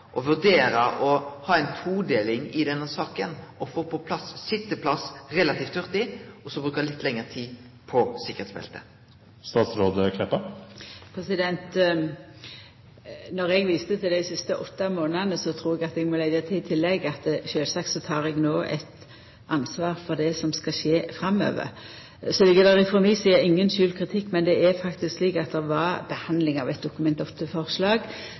å ha ei todeling i denne saka, å få på plass sitjeplass relativt hurtig, og så bruke litt lengre tid på sikkerheitsbelte? Når eg viste til dei siste åtte månadene, trur eg at eg må leggja til at sjølvsagt tek eg ansvar for det som skal skje framover. Så ligg det frå mi side ingen skjult kritikk, men det vart faktisk behandla eit Dokument nr. 8-forslag sesjonen 2007–2008. Det